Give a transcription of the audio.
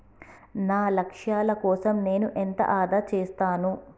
నా లక్ష్యాల కోసం నేను ఎంత ఆదా చేస్తాను?